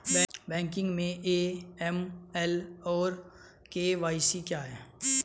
Banking में AML और KYC क्या हैं?